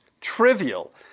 trivial